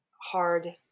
hard